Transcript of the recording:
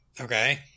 Okay